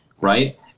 right